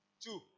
Two